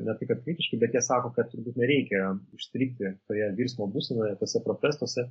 ne tai kad kritiškai bet jie sako kad turbūt nereikia užstrigti toje virsmo būsenoje tuose protestuose